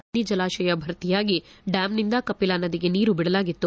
ಕೋಟೆಯ ಕಬಿನಿ ಜಲಾಶಯ ಭರ್ತಿಯಾಗಿ ಡ್ಯಾಂನಿಂದ ಕಪಿಲಾ ನದಿಗೆ ನೀರು ಬಿಡಲಾಗಿತ್ತು